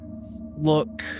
look